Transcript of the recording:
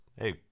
hey